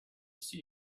see